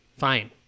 fine